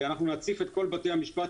אנחנו נציף את כל בתי המשפט,